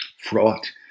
fraught